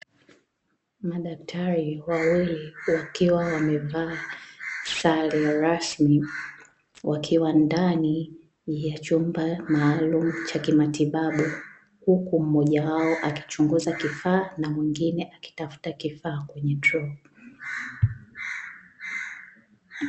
Madaktari wawili wakiwa wamevaa sare rasmi, wakiwa ndani ya chumba maalumu cha kimatibabu. Huku mmoja wao akichunguza kifaa na mwingine akitafuta kifaa kwenye droo.